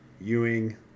Ewing